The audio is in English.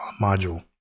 module